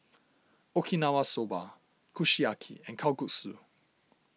Okinawa Soba Kushiyaki and Kalguksu